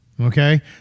Okay